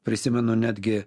prisimenu netgi